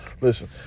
Listen